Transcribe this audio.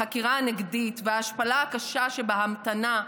החקירה הנגדית וההשפלה הקשה שבהמתנה,